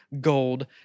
gold